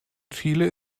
chile